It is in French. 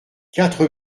quatre